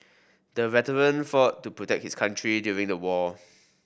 the veteran fought to protect his country during the war